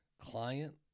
Client